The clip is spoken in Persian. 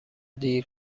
دیر